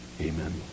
amen